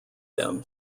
them